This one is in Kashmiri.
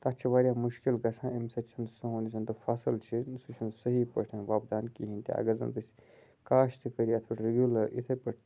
تَتھ چھِ واریاہ مُشکل گژھان اَمہِ سۭتۍ چھُنہٕ سون یُس زَنتہٕ فصٕل چھِ سُہ چھِنہٕ صحیح پٲٹھۍ وۄپدان کِہیٖنۍ تہِ اگر زَنتہِ کاشتٕکٲری یَتھ پٮ۪ٹھ ریٚگیوٗلَر یِتھَے پٲٹھۍ